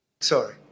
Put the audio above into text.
sorry